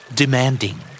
demanding